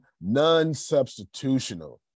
non-substitutional